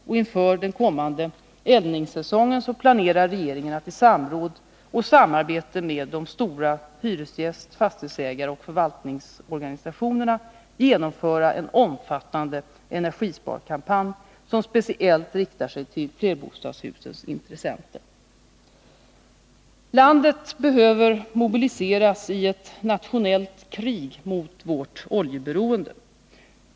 Och inför den kommande eldningssäsongen planerar regeringen att i samråd och samarbete med de stora hyresgäst-, fastighetsägaroch förvaltningsorganisationerna genomföra en omfattande energisparkampanj som speciellt riktar sig till flerbostadshusens intressenter. "Landet behöver mobiliseras i ett nationellt krig mot vårt oljeberoende.